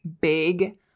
big